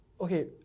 okay